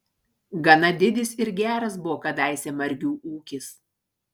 gana didis ir geras buvo kadaise margių ūkis